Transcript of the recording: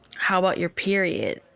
how about your period?